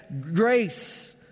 grace